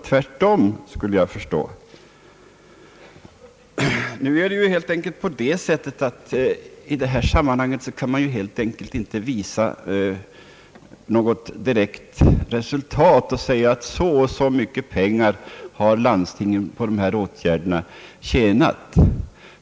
Nu kan man inte i detta sammanhang visa på något direkt resultat och säga, att så och så mycket pengar har landstingen tjänat på de här åtgärderna.